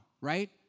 right